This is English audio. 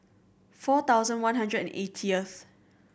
four thousand one hundred and eightieth